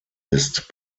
ist